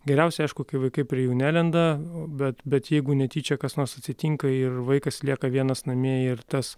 geriausia aišku kai vaikai prie jų nelenda bet bet jeigu netyčia kas nors atsitinka ir vaikas lieka vienas namie ir tas